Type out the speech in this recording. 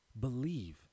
believe